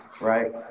right